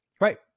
Right